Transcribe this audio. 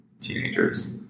teenagers